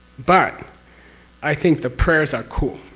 but i think the prayers are cool.